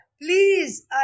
please